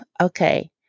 okay